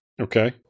Okay